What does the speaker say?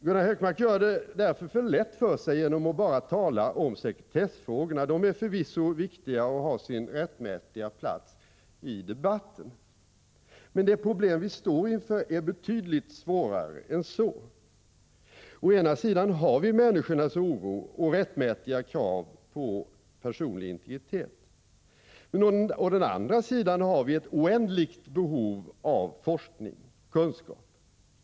Gunnar Hökmark gör det därför för lätt för sig genom att bara tala om sekretessfrågorna. De är förvisso viktiga och har sin rättmätiga plats i debatten. Men det problem vi står inför är betydligt svårare än så. Å ena sidan har vi människornas oro och rättmätiga krav på personlig integritet. Men å andra sidan har vi ett oändligt behov av forskning och kunskap.